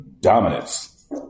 dominance